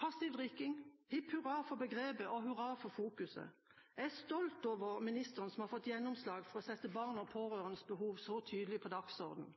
Passiv drikking – hipp hurra for begrepet, og hurra for fokuset. Jeg er stolt over at ministeren har fått gjennomslag for å sette barns og pårørendes behov så tydelig på dagsordenen.